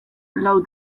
lau